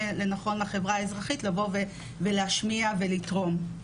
לנכון לחברה האזרחית לבוא ולהשמיע ולתרום.